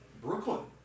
Brooklyn